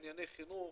ענייני חינוך,